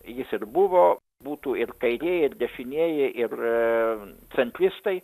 jis ir buvo būtų ir kairieji ir dešinieji ir centristai